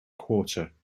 quarter